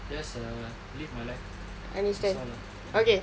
just a live my life that's all lah mm